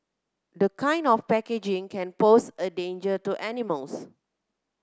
this kind of packaging can pose a danger to animals